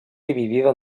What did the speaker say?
dividida